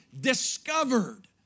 discovered